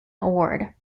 award